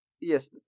Yes